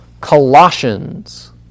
Colossians